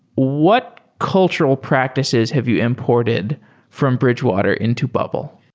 what cultural practices have you imported from bridgewater into bubble?